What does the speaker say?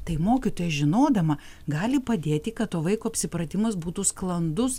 tai mokytoja žinodama gali padėti kad to vaiko apsipratimas būtų sklandus